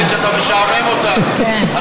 סמוטריץ, אתה משעמם אותנו.